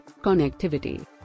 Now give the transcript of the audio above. connectivity